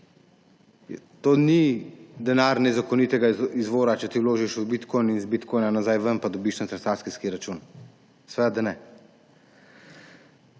To ni denar nezakonitega izvora, če vložiš v bitcoin in iz bitcoina nazaj ven in dobiš na transakcijski račun, seveda da ne.